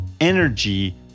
energy